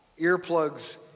Earplugs